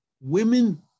women